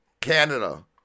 Canada